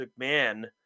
McMahon